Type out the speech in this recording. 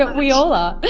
ah we all are. okay,